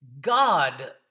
God